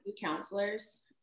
counselors